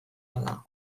bada